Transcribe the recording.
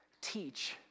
teach